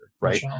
right